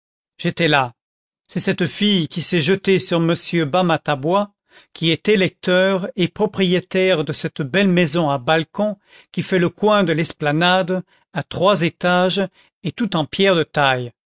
j'étais là c'est cette fille qui s'est jetée sur monsieur bamatabois qui est électeur et propriétaire de cette belle maison à balcon qui fait le coin de l'esplanade à trois étages et toute en pierre de taille